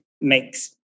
makes